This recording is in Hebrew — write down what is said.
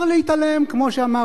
כמו שאמר אדוני היושב-ראש,